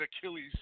Achilles